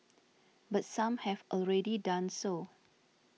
but some have already done so